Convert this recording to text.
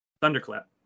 thunderclap